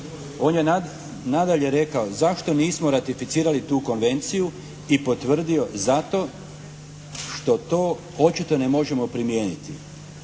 On je nadalje rekao: «Zašto nismo ratificirali tu konvenciju?» I potvrdio: «Zato što to očito ne možemo primijeniti.»